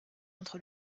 contre